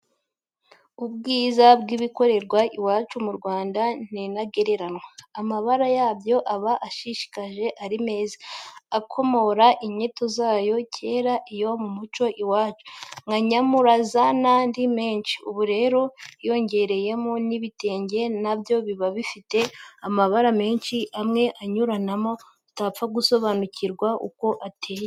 Ubwiza bw'ibikorerwa iwacu mu Rwanda ni ntagereranywa, amabara yabyo aba ashishikaje, ari meza, akomora inyito zayo kera iyo mu muco wacu, nka nyamuraza n'andi menshi. Ubu rero hiyongereyeho n'ibitenge na byo biba bifite amabara menshi amwe anyuranamo, utapfa gusobanura uko ateye.